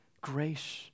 Grace